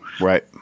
right